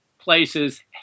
places